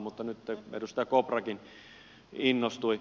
mutta nyt edustaja koprakin innostui